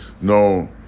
no